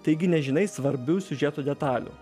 taigi nežinai svarbių siužeto detalių